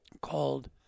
called